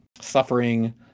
suffering